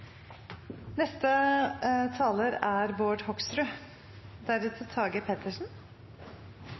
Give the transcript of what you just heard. Neste taler er